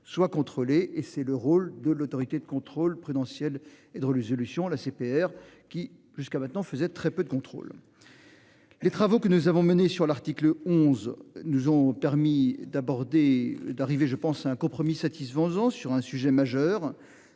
soient contrôlé et c'est le rôle de l'autorité de contrôle prudentiel et drôle, solution la CPR qui jusqu'à maintenant faisait très peu de contrôles. Les travaux que nous avons menée sur l'article 11 nous ont permis d'aborder d'arriver je pense à un compromis satisfaisant sur un sujet majeur,